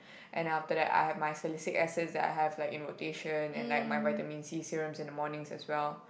and then after that I have my salicylic acids that I have like in rotation and like my vitamin C serums in the mornings as well